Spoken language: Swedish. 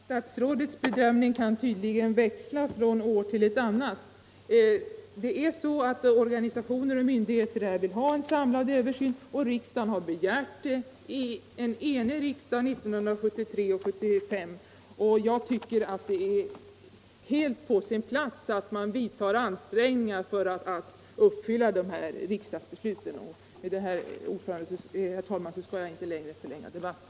Herr talman! Statsrådets bedömning kan tydligen växla från ett år till ett annat. Organisationer och myndigheter vill ha en samlad översyn, och en enig riksdag har begärt en sådan 1973 och 1975. Jag menar det är helt på sin plats att regeringen gör ansträngningar för att uppfylla de här riksdagsbesluten. Efter detta inlägg, herr talman, skall jag inte ytterligare förlänga debatten.